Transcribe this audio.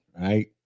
right